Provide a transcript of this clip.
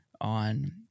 on